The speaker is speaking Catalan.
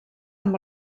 amb